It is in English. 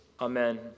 Amen